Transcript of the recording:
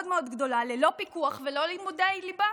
מאוד מאוד גדולה, ללא פיקוח וללא לימודי ליבה.